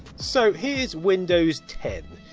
so here's windows ten.